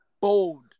bold